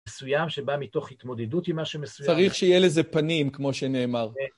מסוים שבא מתוך התמודדות עם משהו מסוים. צריך שיהיה לזה פנים כמו שנאמר.